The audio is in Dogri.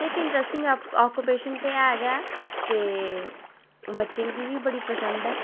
लेकिन डस्टिंग आकोपेशन ते ऐ गै ते बच्चें गी बी बड़ी पसंद ऐ